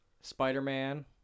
Spider-Man